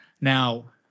Now